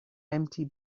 empty